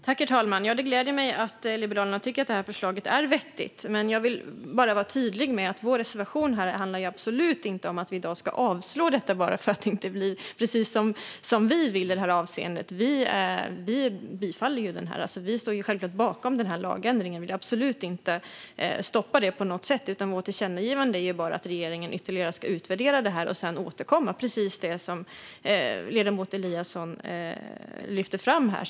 Herr talman! Det gläder mig att Liberalerna tycker att förslaget är vettigt. Men jag vill vara tydlig med att vår reservation absolut inte handlar om att i dag avslå detta bara för att det inte blir precis som vi vill i det här avseendet. Vi står självklart bakom lagändringen och vill absolut inte stoppa den på något sätt. Vårt tillkännagivande handlar bara om att regeringen ska utvärdera det ytterligare och sedan återkomma, precis som ledamoten Eliasson lyfter fram.